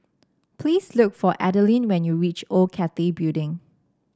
please look for Adalynn when you reach Old Cathay Building